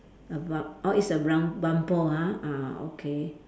a ba~ orh it's a rum~ bumper ah ah okay